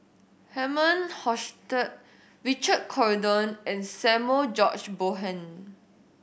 Herman Hochstadt Richard Corridon and Samuel George Bonham